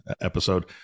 episode